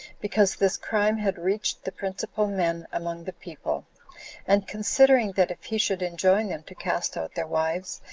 because this crime had reached the principal men among the people and considering that if he should enjoin them to cast out their wives,